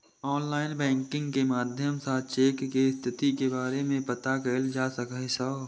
online banking के माध्यम सं चेक के स्थिति के बारे मे पता कैल जा सकै छै